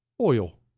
Oil